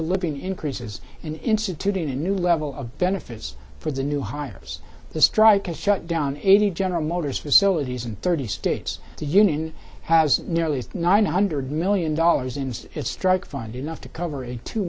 of living increases and instituting a new level of benefits for the new hires the strike has shut down eighty general motors facilities in thirty states the union has nearly nine hundred million dollars in its strike fund enough to cover a two